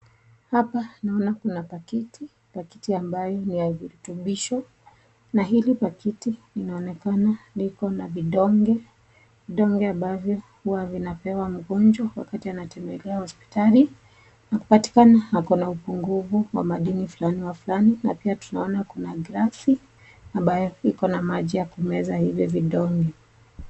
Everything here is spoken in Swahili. Hapa nyuma kuna pakiti, pakiti ambayo ni ya virutubisho. Na hili pakiti linaonekana liko na vidonge, vidonge ambavyo huwa vinapewa mgonjwa wakati anatembelea hospitali na kupatikana ako na upungufu wa madini fulani wa fulani. Na pia tunaona kuna gilasi ambayo iko na maji ya kumeza hivyo vidonge.